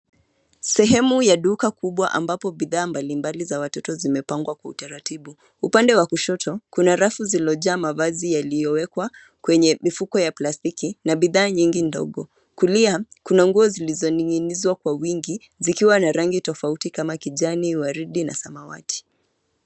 Sehemu ya duka kubwa ambapo bidhaa mbalimbali za watoto zimepangwa kwa utaratibu. Upande wa kushoto, kuna rafu zilo jaaa mavazi yaliyowekwa kwenye mifuko ya plastiki na bidha nyingi ndogo. Kulia kuna nguo zilizo ninginizwa kwa wingi, zikiwa na rangi tofauti kama kijani, waridi, na samawati.